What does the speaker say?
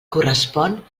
correspon